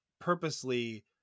purposely